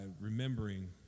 remembering